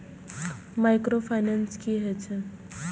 Micro finance कि होई छै?